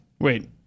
Wait